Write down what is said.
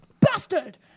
bastard